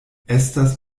estas